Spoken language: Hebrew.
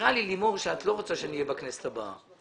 נראה לי שאת לא רוצה שאני אהיה בכנסת הבאה.